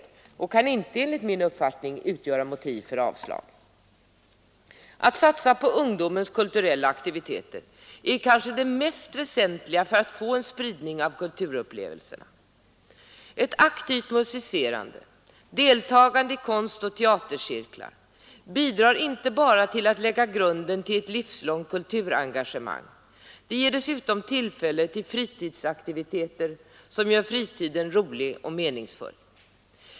Förslaget kan därför enligt min uppfattning inte utgöra motiv för avslag. Att satsa på ungdomens kulturella aktiviteter är kanske det mest väsentliga för att få en spridning av kulturupplevelserna. Ett aktivt musicerande och deltagande i konstoch teatercirklar bidrar inte bara till att lägga grunden till ett livslångt kulturengagemang — det ger dessutom tillfälle till fritidsaktiviteter som gör fritiden rolig och meningsfull.